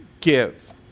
Give